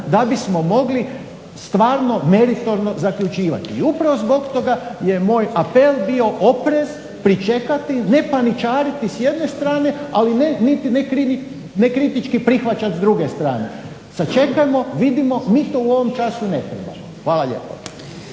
da bismo mogli stvarno meritorno zaključivati. I upravo zbog toga je moj apel bio oprez, pričekati, ne paničariti s jedne strane ali ne niti nekritički prihvaćati s druge strane. Sačekajmo, vidimo mi to u ovom času ne trebamo. Hvala lijepo.